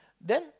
then